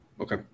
Okay